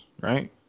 right